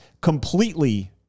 completely